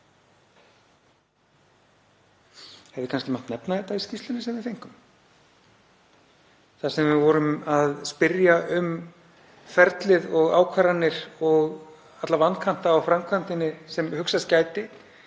Hefði kannski mátt nefna þetta í skýrslunni sem við fengum þar sem við vorum að spyrja um ferlið og ákvarðanir og alla vankanta á framkvæmdinni sem hugsast